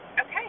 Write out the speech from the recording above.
Okay